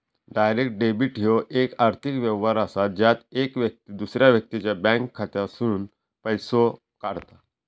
direct debit ह्यो येक आर्थिक व्यवहार असा ज्यात येक व्यक्ती दुसऱ्या व्यक्तीच्या बँक खात्यातसूनन पैसो काढता